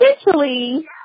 essentially